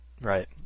Right